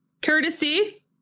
courtesy